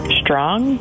strong